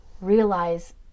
realize